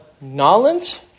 Nolens